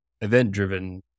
event-driven